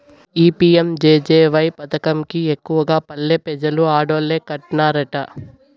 ఈ పి.యం.జె.జె.వై పదకం కి ఎక్కువగా పల్లె పెజలు ఆడోల్లే కట్టన్నారట